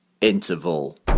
Interval